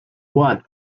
one